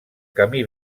camí